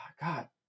God